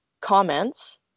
Comments